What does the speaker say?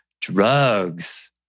Drugs